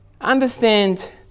understand